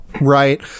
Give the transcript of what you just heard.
right